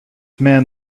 man